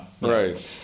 Right